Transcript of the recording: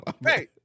Hey